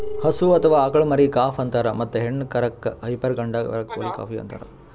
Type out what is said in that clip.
ಹಸು ಅಥವಾ ಆಕಳ್ ಮರಿಗಾ ಕಾಫ್ ಅಂತಾರ್ ಮತ್ತ್ ಹೆಣ್ಣ್ ಕರಕ್ಕ್ ಹೈಪರ್ ಗಂಡ ಕರಕ್ಕ್ ಬುಲ್ ಕಾಫ್ ಅಂತಾರ್